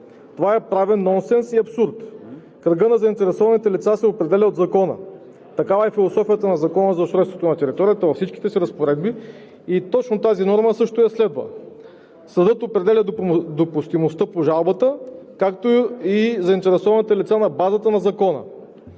Това е правен нонсенс и абсурд. Кръгът на заинтересованите лица се определя от Закона. Такава е философията на Закона за устройството на територията във всичките си разпоредби и точно тази норма също я следва. Съдът определя допустимостта по жалбата, както и заинтересованите лица на базата на Закона.